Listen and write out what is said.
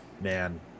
man